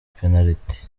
penaliti